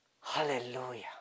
Hallelujah